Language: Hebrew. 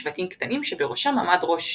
לשבטים קטנים שבראשם עמד ראש שבט.